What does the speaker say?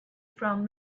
from